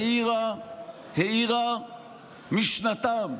העירה משנתם,